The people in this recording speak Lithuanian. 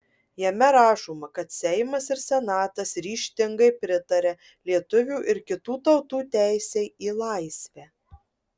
jame rašoma kad seimas ir senatas ryžtingai pritaria lietuvių ir kitų tautų teisei į laisvę